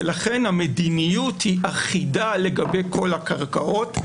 ולכן המדיניות אחידה לגבי כל הקרקעות.